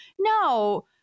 no